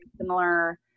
similar